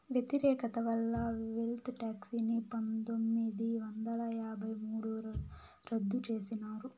వ్యతిరేకత వల్ల wealth tax ని పందొమ్మిది వందల యాభై మూడుల రద్దు చేసినారు